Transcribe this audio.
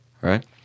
right